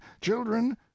children